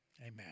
Amen